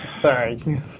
Sorry